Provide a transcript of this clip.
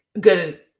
good